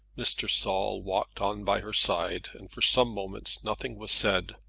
mr. saul walked on by her side, and for some moments nothing was said.